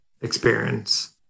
experience